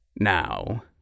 Now